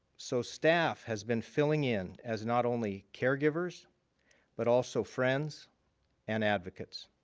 so staff has been filling in as not only caregivers but also friends and advocates.